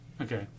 Okay